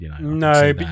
No